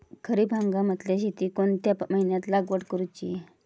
खरीप हंगामातल्या शेतीक कोणत्या महिन्यात लागवड करूची?